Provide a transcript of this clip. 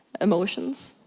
emotions,